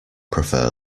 prefer